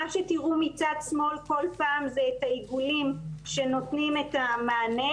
מה שתראו מצד שמאל כל פעם זה את העיגולים שנותנים את המענה,